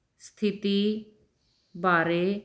ਸਥਿਤੀ ਬਾਰੇ